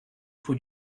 put